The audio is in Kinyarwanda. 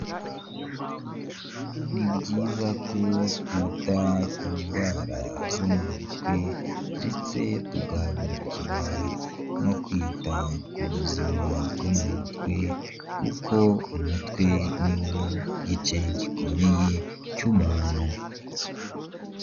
Ni byiza ko twita ku ndwara zo mu mutwe ndetse tugahagurukira no kwita ku buzima bwo mu mutwe kuko umutwe niwo gice gikomeye cy'umuntu.